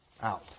out